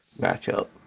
matchup